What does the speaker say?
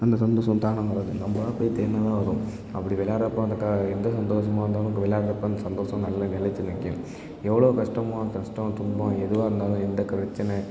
அந்த சந்தோஷம் தானாக வராது நம்பளா போய் தேடினா தான் வரும் அப்படி வெளையாட்றப்ப அந்த க எந்த சந்தோஷமா இருந்தாலும் அங்கே விளையாட்றப்ப அந்த சந்தோஷம் நல்லா நிலச்சி நிற்கும் எவ்வளோ கஷ்டமோ நஷ்டோம் துன்பம் எதுவாக இருந்தாலும் எந்த பிரச்சனை